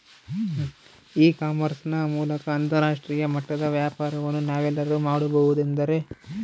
E commerce ನ ಮೂಲಕ ಅಂತರಾಷ್ಟ್ರೇಯ ಮಟ್ಟದ ವ್ಯಾಪಾರವನ್ನು ನಾವೆಲ್ಲರೂ ಮಾಡುವುದೆಂದರೆ?